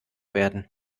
werden